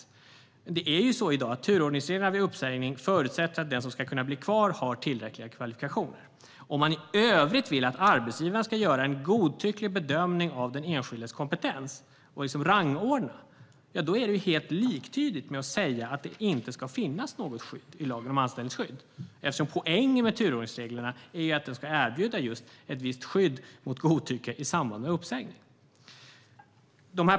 Men det är ju så i dag att turordningsreglerna vid uppsägning förutsätter att den som ska kunna bli kvar har tillräckliga kvalifikationer. Om man i övrigt vill att arbetsgivaren ska göra en godtycklig bedömning av den enskildes kompetens - rangordna - är det helt liktydigt med att säga att det inte ska finnas något skydd i lagen om anställningsskydd. Poängen med turordningsreglerna är att de ska erbjuda ett visst skydd mot godtycke i samband med uppsägning.